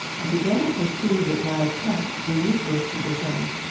i began to perceive that my attempts were useless to this end,